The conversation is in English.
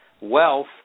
wealth